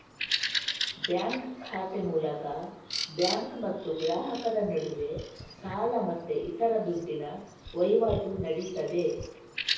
bank ಖಾತೆ ಮೂಲಕ bank ಮತ್ತು ಗ್ರಾಹಕರ ನಡುವೆ ಸಾಲ ಮತ್ತೆ ಇತರ ದುಡ್ಡಿನ ವೈವಾಟು ನಡೀತದೆ